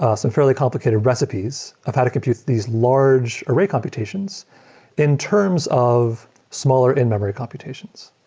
ah some fairly complicated recipes of how to compute these large array computations in terms of smaller in-memory computations.